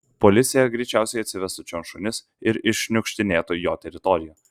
policija greičiausiai atsivestų čion šunis ir iššniukštinėtų jo teritoriją